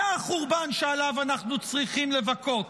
זה החורבן שעליו אנחנו צריכים לבכות,